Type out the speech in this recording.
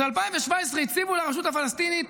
אז ב-2017 הציבו לרשות הפלסטינית